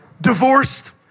divorced